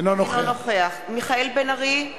אינו נוכח מיכאל בן-ארי,